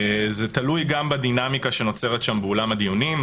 זה תלוי גם בדינמיקה שנוצרת באולם הדיונים.